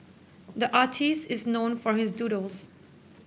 the artist is known for his doodles